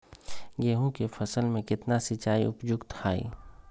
गेंहू के फसल में केतना सिंचाई उपयुक्त हाइ?